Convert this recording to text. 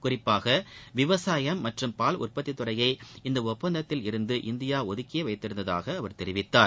குறிப்பாக விவசாயம் மற்றம் பால் உற்பத்தி துறையை இந்த ஒப்பந்தத்தில் இருந்து இந்தியா ஒதுக்கியே வைத்திருந்ததாக அவர் தெரிவித்தார்